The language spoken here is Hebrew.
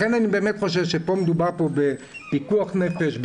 לכן אני באמת חושב שמדובר פה בפיקוח נפש,